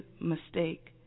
mistake